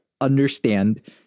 understand